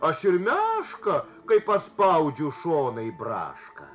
aš ir mešką kai paspaudžiu šonai braška